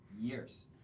years